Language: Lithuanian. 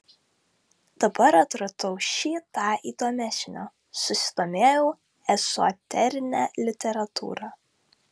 dabar atradau šį tą įdomesnio susidomėjau ezoterine literatūra